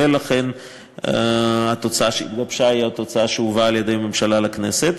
ולכן התוצאה שהתגבשה היא התוצאה שהובאה על-ידי הממשלה לכנסת.